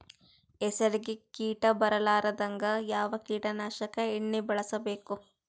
ಹೆಸರಿಗಿ ಕೀಟ ಬರಲಾರದಂಗ ಯಾವ ಕೀಟನಾಶಕ ಎಣ್ಣಿಬಳಸಬೇಕು?